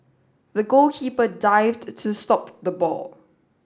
the goalkeeper dived to stop the ball